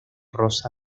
rosa